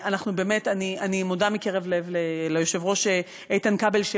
אני מודה מקרב לב ליושב-ראש איתן כבל,